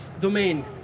domain